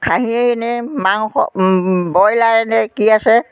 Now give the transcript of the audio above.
খাহীয়েইনে মাংস ব্ৰইলাৰনে কি আছে